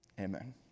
amen